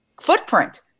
footprint